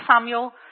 Samuel